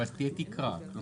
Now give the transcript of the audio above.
אבל תהיה תקרה.